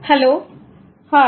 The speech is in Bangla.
hello hi